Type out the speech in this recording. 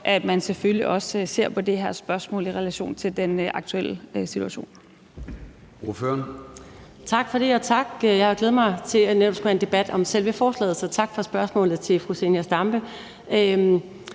at man selvfølgelig også ser på det her spørgsmål i relation til den aktuelle situation.